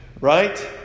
Right